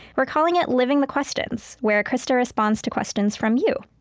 we're calling it living the questions, where krista responds to questions from you